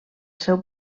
seu